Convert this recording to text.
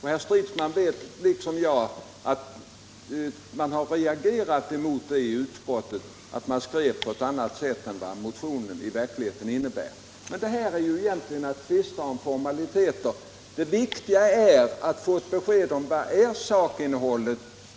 Herr Stridsman vet lika väl som jag att en del i utskottet reagerat mot att utskottet felaktigt beskrivit vad motionen innebär. Men det här är egentligen att tvista om formaliteter. Det viktiga är att få ett besked om sakinnehållet.